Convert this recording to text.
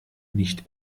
nicht